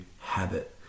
habit